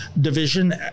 division